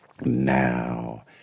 Now